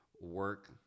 work